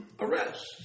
arrests